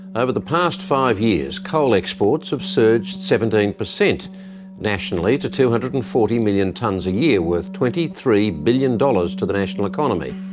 over the past five years, coal exports have surged seventeen percent nationally to two hundred and forty million tonnes a year, worth twenty three billion dollars to the national economy.